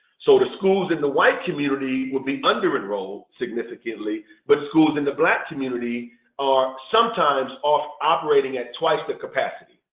so the schools in the white community would be under enrolled significantly but schools in the black community are sometimes off operating at twice the.